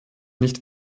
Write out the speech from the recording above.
nicht